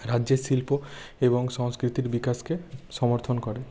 রাজ্যের শিল্প এবং সংস্কৃতির বিকাশকে সমর্থন করে